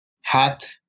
hat